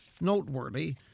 noteworthy